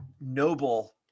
noble